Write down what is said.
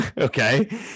okay